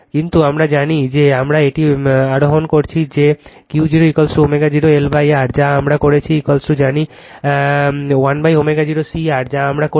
কিন্তু আমরা জানি যে আমরা এটি আহরণ করেছি যে Q0ω0 LR যা আমরা করেছি জানি 1ω0 C R যা আমরা করেছি